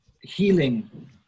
healing